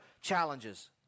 challenges